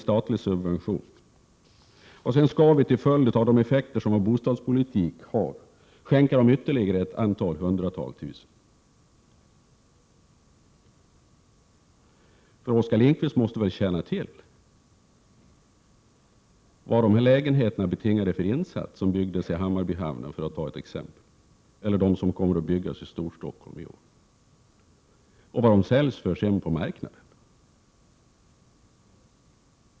i statlig subvention för att sedan, till följd av effekterna av vår bostadspolitik, skänka dem ytterligare några hundratal tusen? Oskar Lindkvist måste väl känna till vilken insats lägenheterna i Hammarbyhamnen betingade, för att ta ett exempel. Detsamma gäller de lägenheter som kommer att byggas i Storstockholm i år. Sedan skall vi komma ihåg vad de säljs till på marknaden.